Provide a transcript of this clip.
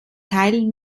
teil